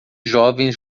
jovens